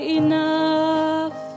enough